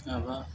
माबा